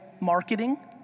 marketing